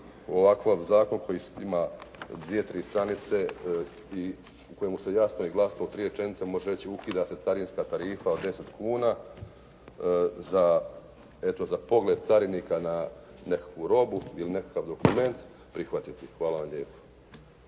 ovakav zakon koji ima dvije, tri stranice i u kojemu se jasno i glasno u tri rečenice može reći ukida se carinska tarifa od 10 kuna za, eto za pogled carinika na nekakvu robu ili nekakav dokument prihvatiti. Hvala vam lijepo.